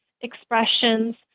expressions